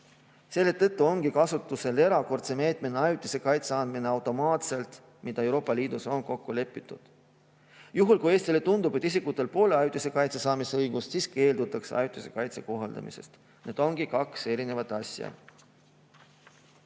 Seetõttu ongi kasutusel erakordse meetmena ajutise kaitse andmine automaatselt, nagu on Euroopa Liidus kokku lepitud. Juhul, kui Eestile tundub, et isikutel poole ajutise kaitse saamise õigust, siis keeldutakse ajutise kaitse kohaldamisest. Need ongi kaks erinevat asja.